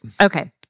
Okay